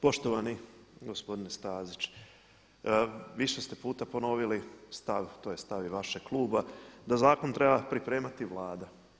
Poštovani gospodine Stazić više ste puta ponovili stav, to je stav i vašeg kluba da zakon treba pripremati Vlada.